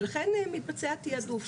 ולכן מתבצע תיעדוף.